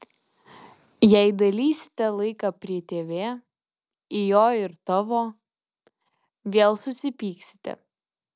jei dalysite laiką prie tv į jo ir tavo vėl susipyksite